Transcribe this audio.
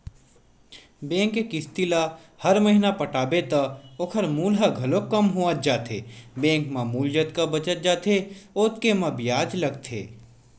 bank के किस्त ल हर महिना पटाबे त ओखर मूल ह घलोक कम होवत जाथे बेंक म मूल जतका बाचत जाथे ओतके म बियाज लगथे